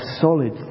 solid